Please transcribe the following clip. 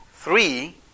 Three